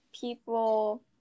people